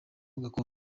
gakondo